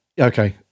Okay